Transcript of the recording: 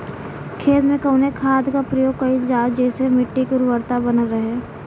खेत में कवने खाद्य के प्रयोग कइल जाव जेसे मिट्टी के उर्वरता बनल रहे?